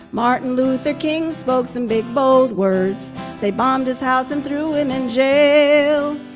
martin luther king spoke some big, bold words they bombed his house and threw him in jail,